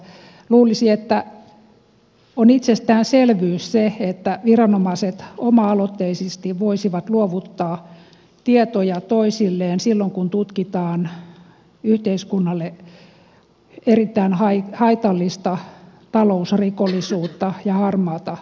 luulisi että on itsestäänselvyys se että viranomaiset oma aloitteisesti voisivat luovuttaa tietoja toisilleen silloin kun tutkitaan yhteiskunnalle erittäin haitallista talousrikollisuutta ja harmaata taloutta